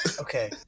okay